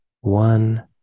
one